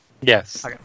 Yes